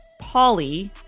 Polly